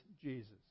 Jesus